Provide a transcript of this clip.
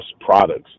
products